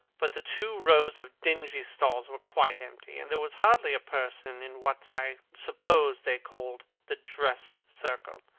but the two rows of dingy stalls were quite empty, and there was hardly a person in what i suppose they called the dress-circle.